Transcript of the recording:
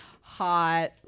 hot